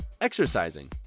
Exercising